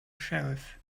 sheriff